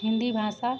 हिन्दी भाषा